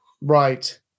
Right